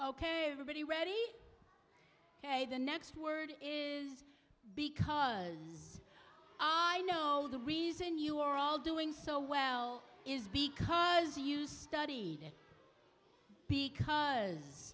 ok everybody ready ok the next word is because i know the reason you are all doing so well is because you study it because